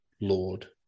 Lord